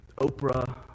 Oprah